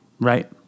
Right